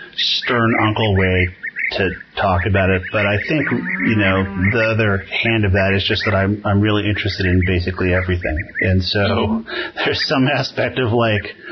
stern uncle way to talk about it. but i think you know the other hand of that is just that i'm i'm really interested in basically everything. and so there's some aspect of, like,